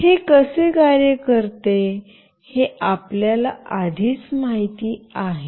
हे कसे कार्य करते हे आपल्याला आधीच माहिती आहे